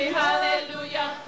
hallelujah